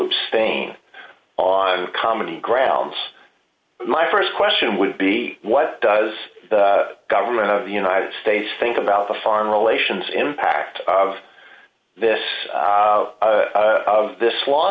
abstain on comedy grounds my st question would be what does the government of the united states think about the foreign relations impact of this of this law